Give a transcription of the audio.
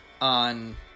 on